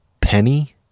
penny